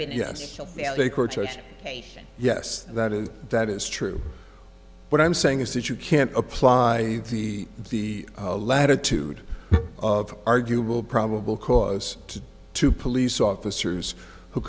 yes yes that is that is true what i'm saying is that you can't apply the the latitude of arguable probable cause to two police officers who